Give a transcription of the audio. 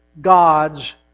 God's